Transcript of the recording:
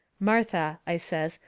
martha, i says,